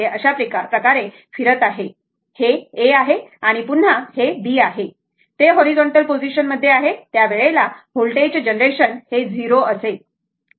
हे अशा प्रकारे फिरत आहे हे A आहे आणि पुन्हा हे B आहे ते हॉरिझॉन्टल पोझिशन मध्ये आहे त्यावेळेला व्होल्टेज जनरेशन हे 0 असेल